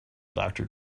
doctor